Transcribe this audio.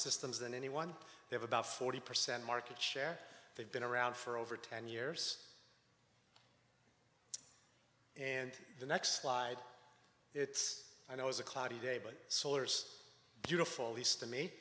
systems than anyone they have about forty percent market share they've been around for over ten years and the next slide it's i know is a cloudy day but solar's beautiful least to me